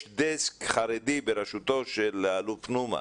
יש דסק חרדי בראשותו של האלוף נומה.